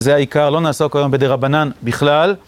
זה העיקר, לא נעסוק היום בדי רבנן בכלל.